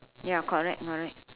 ya correct correct